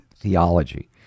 theology